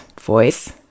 voice